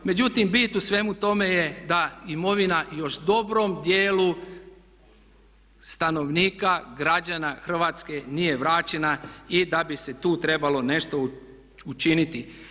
Međutim, bit u svemu tome je da imovina i još dobrom dijelu stanovnika, građana Hrvatske nije vraćena i da bi se tu trebalo nešto učiniti.